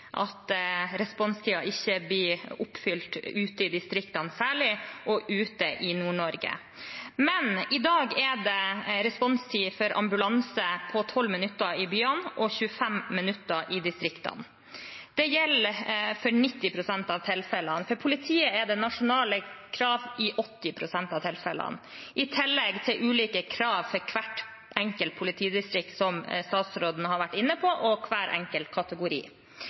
at responstiden ikke blir oppfylt ute i distriktene, særlig ikke i Nord-Norge. I dag er det en responstid for ambulanse på 12 minutter i byene og 25 minutter i distriktene. Det gjelder for 90 pst. av tilfellene. For politiet er det nasjonale krav i 80 pst. av tilfellene, i tillegg til ulike krav for hvert enkelt politidistrikt, som statsråden har vært inne på, og hver enkelt kategori.